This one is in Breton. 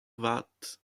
vat